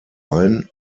ein